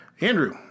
Andrew